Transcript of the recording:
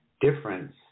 difference